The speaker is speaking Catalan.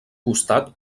costat